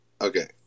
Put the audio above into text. Okay